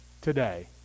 today